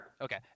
okay